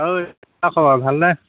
ঐ কি খবৰ ভালনে